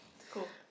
cool